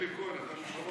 (ב)